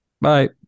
Bye